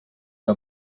que